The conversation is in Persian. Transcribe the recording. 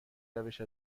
روش